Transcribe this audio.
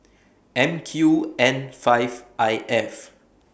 M Q N five I F